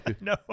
No